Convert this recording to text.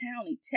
County